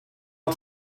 got